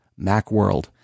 MACWORLD